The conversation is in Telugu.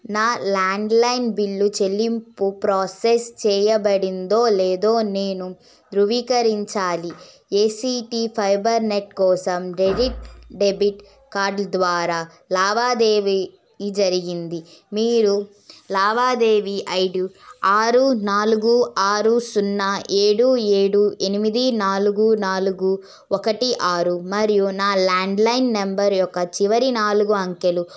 నా ల్యాండ్లైన్ బిల్లు చెల్లింపు ప్రాసెస్ చేయబడిందో లేదో నేను ధృవీకరించాలి ఏ సీ టీ ఫైబర్నెట్ కోసం డెబిట్ డెబిట్ కార్డ్ ద్వారా లావాదేవీ జరిగింది మీరు లావాదేవీ ఐ డి ఆరు నాలుగు ఆరు సున్నా ఏడు ఏడు ఎనిమిది నాలుగు నాలుగు ఒకటి ఆరు మరియు నా ల్యాండ్లైన్ నంబర్ యొక్క చివరి నాలుగు అంకెలు